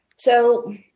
so